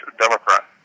Democrat